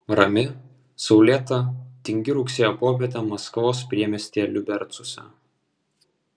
rami saulėta tingi rugsėjo popietė maskvos priemiestyje liubercuose